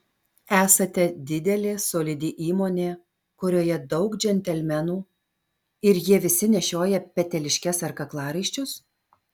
esate didelė solidi įmonė kurioje daug džentelmenų ir jie visi nešioja peteliškes ar kaklaraiščius